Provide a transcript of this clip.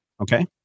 Okay